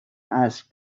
asked